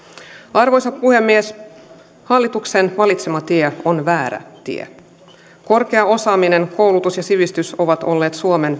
arvoisa puhemies hallituksen valitsema tie on väärä tie korkea osaaminen koulutus ja sivistys ovat olleet suomen